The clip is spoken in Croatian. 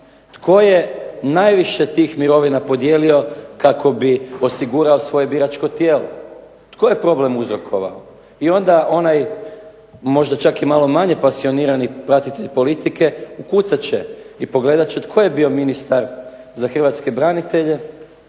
Tko je najviše tih mirovina podijelio kako bi osigurao svoje biračko tijelo. Tko je problem uzrokovao? I onda onaj možda čak i malo manje pasionirani pratitelj politike ukucat će i pogleda će tko je bio ministar za hrvatske branitelje,